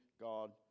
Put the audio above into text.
God